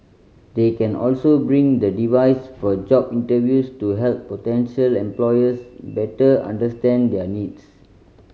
they can also bring the device for job interviews to help potential employers better understand their needs